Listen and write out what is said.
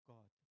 God